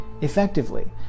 effectively